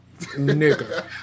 Nigga